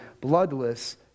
bloodless